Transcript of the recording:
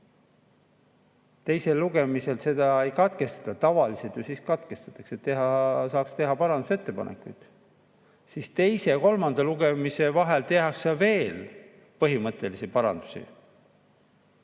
teisel lugemisel seda ei katkestata – tavaliselt ju siis katkestatakse, et saaks teha parandusettepanekuid –, teise ja kolmanda lugemise vahel tehakse veel põhimõttelisi parandusi